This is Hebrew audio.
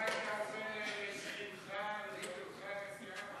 ככה אתה עושה לשכנך, בסיעה?